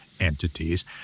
Entities